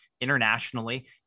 internationally